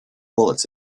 bullets